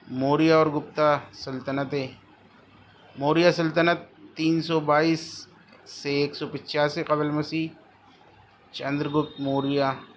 موریا اور گپتا سلطنتیں موریا سلطنت تین سو بائیس سے ایک پچاسی قبل مسیح چندر گپت موریا